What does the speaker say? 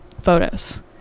photos